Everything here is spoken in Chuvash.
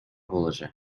пулӑшӗ